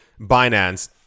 Binance